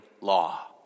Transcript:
law